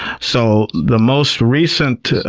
so the most recent